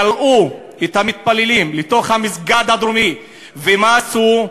קראו את המתפללים לתוך המסגד הדרומי, ומה עשו?